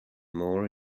more